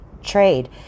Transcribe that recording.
trade